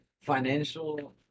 Financial